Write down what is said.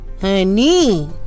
Honey